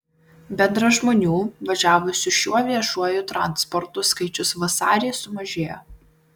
bendras žmonių važiavusių šiuo viešuoju transportu skaičius vasarį sumažėjo